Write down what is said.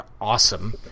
awesome